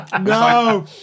no